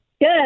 Good